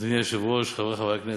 חברי הכנסת,